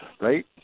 right